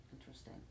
Interesting